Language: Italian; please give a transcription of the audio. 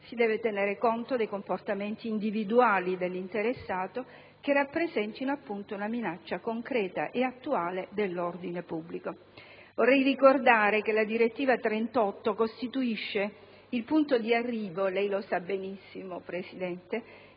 si deve tener conto dei comportamenti individuali dell'interessato che rappresentino appunto una minaccia concreta ed attuale all'ordine pubblico. Vorrei ricordare che la direttiva 38 costituisce il punto di arrivo - lei lo sa benissimo, Presidente